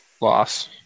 Loss